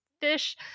fish